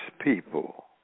people